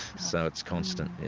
so it's constant yeah.